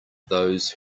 those